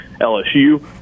LSU